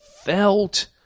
felt